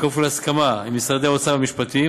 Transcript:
כפוף להסכמה עם משרד האוצר ומשרד המשפטים,